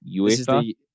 UEFA